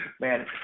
man